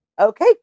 okay